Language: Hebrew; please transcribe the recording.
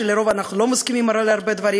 שלרוב אנחנו לא מסכימים על הרבה דברים,